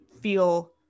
feel